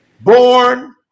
born